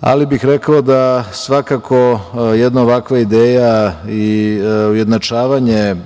ali bih rekao da svakako jedna ovakva ideja i ujednačavanje